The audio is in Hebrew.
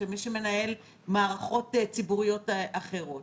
של מי שמנהל מערכות ציבוריות אחרות.